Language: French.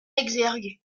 exergue